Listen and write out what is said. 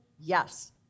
Yes